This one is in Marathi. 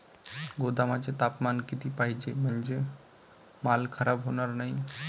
गोदामाचे तापमान किती पाहिजे? म्हणजे माल खराब होणार नाही?